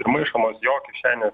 ir maišomos jo kišenės